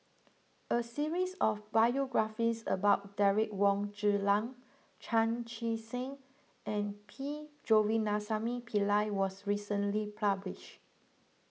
a series of biographies about Derek Wong Zi Liang Chan Chee Seng and P Govindasamy Pillai was recently published